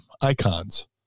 icons